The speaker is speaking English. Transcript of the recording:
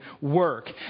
work